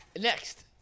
Next